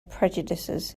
prejudices